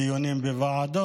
היו דיונים בוועדות,